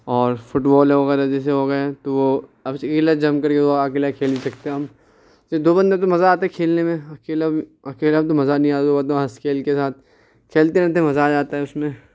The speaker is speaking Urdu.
اور فٹ بال وغیرہ جیسے ہو گئے تو وہ اکیلا جم کر وہ اکیلا کھیل نہیں سکتے جب دو بندے تو مزہ آتا ہے کھیلنے میں اکیلا اکیلا تو مزہ نہیں آتا وہ تو ہنس کھیل کے ساتھ کھیلتے کھیلتے مزہ آ جاتا ہے اس میں